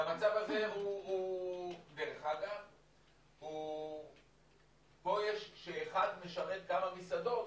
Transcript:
והמצב הזה --- שפה יש אחד משרת כמה מסעדות,